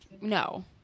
no